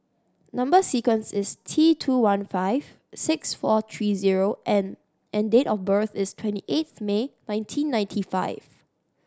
number sequence is T two one five six four three zero N and date of birth is twenty eighth May nineteen ninety five